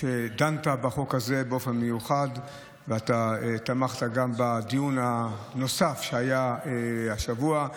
דנת בחוק הזה באופן מיוחד ותמכת גם בדיון הנוסף שהיה השבוע.